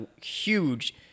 huge